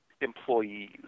employees